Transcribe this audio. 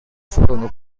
furono